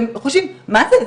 והם חושבים מה זה,